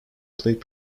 played